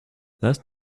last